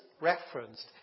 referenced